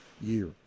year